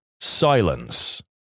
Silence